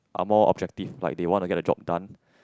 are more objective like they wanna get the job done